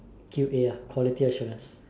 Q_A ah quality assurance